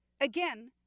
Again